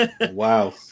Wow